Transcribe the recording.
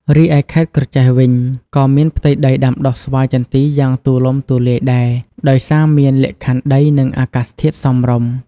រីឯខេត្តក្រចេះវិញ ក៏មានផ្ទៃដីដាំដុះស្វាយចន្ទីយ៉ាងទូលំទូលាយដែរ ដោយសារមានលក្ខខណ្ឌដី និងអាកាសធាតុសមរម្យ។